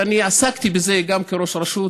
ועסקתי בזה גם כראש רשות,